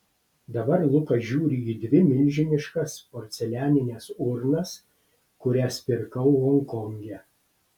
dabar lukas žiūri į dvi milžiniškas porcelianines urnas kurias pirkau honkonge